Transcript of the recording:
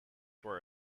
were